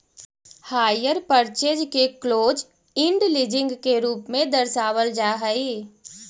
hire purchase के close end leasing के रूप में दर्शावल जा हई